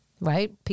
right